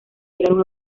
llegaron